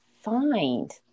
find